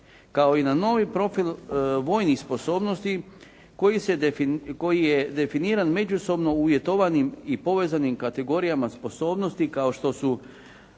kao i na novi profil vojnih sposobnosti koji je definiran međusobno uvjetovanim i povezanim kategorijama sposobnosti kao što su